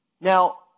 now